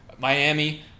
Miami